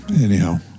anyhow